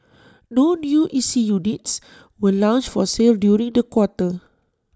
no new E C units were launched for sale during the quarter